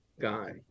guy